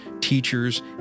teachers